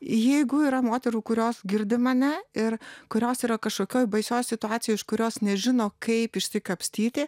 jeigu yra moterų kurios girdi mane ir kurios yra kažkokioj baisioj situacijoj iš kurios nežino kaip išsikapstyti